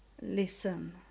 listen